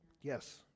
Yes